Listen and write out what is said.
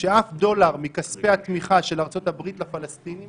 שאף דולר מכספי התמיכה של ארה״ב לפלסטינים